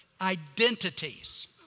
identities